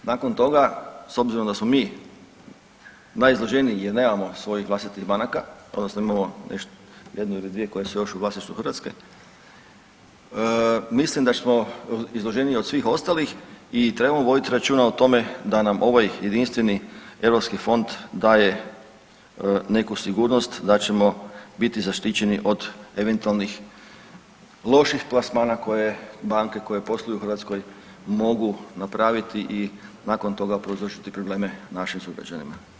Nakon toga, s obzirom da smo mi najizloženiji jer nemamo svojih vlastitih banaka, odnosno imamo jednu ili dvije koje su još u vlasništvu Hrvatske, mislim da smo izloženiji od svih ostalih i trebamo voditi računa o tome da nam ovaj jedinstveni europski fond daje neku sigurnost da ćemo biti zaštićeni od eventualnih loših plasmana koje banke koje posluju u Hrvatskoj mogu napraviti i nakon toga prouzročiti probleme našim sugrađanima.